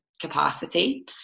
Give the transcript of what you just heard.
capacity